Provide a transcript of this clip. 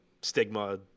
stigma